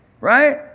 right